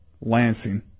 Lansing